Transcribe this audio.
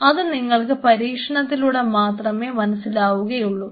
അത് നിങ്ങൾക്ക് പരീക്ഷണങ്ങളിലൂടെ മാത്രമേ മനസ്സിലാവുകയുള്ളൂ